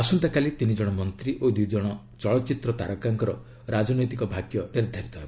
ଆସନ୍ତାକାଲି ତିନି ଜଣ ମନ୍ତ୍ରୀ ଓ ଦୁଇ ଜଣ ଚଳଚ୍ଚିତ୍ର ତାରକାଙ୍କର ରାଜନୈତିକ ଭାଗ୍ୟ ନିର୍ଦ୍ଧାରିତ ହେବ